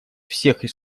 всех